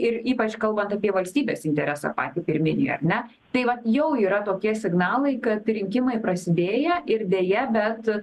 ir ypač kalbant apie valstybės interesą patį pirminį ar ne tai vat jau yra tokie signalai kad rinkimai prasidėję ir deja bet